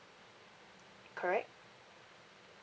correct